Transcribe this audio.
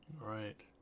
Right